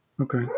Okay